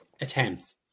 attempts